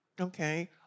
Okay